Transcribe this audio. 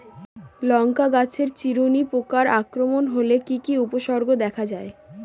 লঙ্কা গাছের চিরুনি পোকার আক্রমণ হলে কি কি উপসর্গ দেখা যায়?